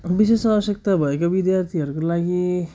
विशेष आवश्यकता भएको विद्यार्थीहरूको लागि